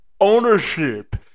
ownership